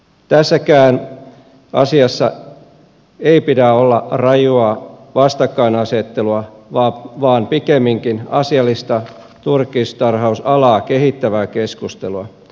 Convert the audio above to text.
tässäkään asiassa ei pidä olla rajua vastakkainasettelua vaan pikemminkin asiallista turkistarhausalaa kehittävää keskustelua